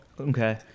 Okay